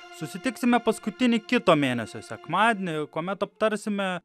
susitiksime paskutinį kito mėnesio sekmadienį kuomet aptarsime